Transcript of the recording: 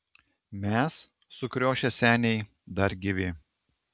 mes sukriošę seniai dar gyvi